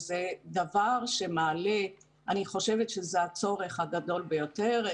אני חושבת שזה הצורך הגדול ביותר.